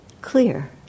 clear